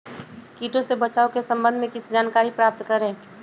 किटो से बचाव के सम्वन्ध में किसी जानकारी प्राप्त करें?